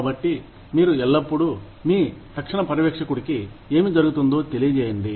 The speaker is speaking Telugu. కాబట్టి మీరు ఎల్లప్పుడూ మీ తక్షణ పర్యవేక్షకుడుకి ఏమి జరుగుతుందో తెలియజేయండి